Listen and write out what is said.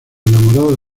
enamorada